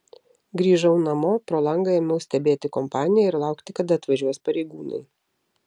grįžau namo pro langą ėmiau stebėti kompaniją ir laukti kada atvažiuos pareigūnai